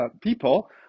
people